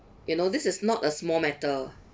you know this is not a small matter